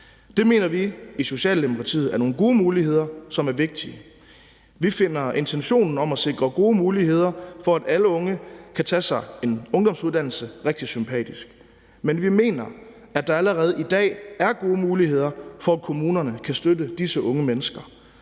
Det mener vi i Socialdemokratiet er nogle gode muligheder, som er vigtige. Vi finder intentionen om at sikre gode muligheder for, at alle unge kan tage sig en ungdomsuddannelse, rigtig sympatisk, men vi mener, at der allerede i dag er gode muligheder for, at kommunerne kan støtte disse unge mennesker.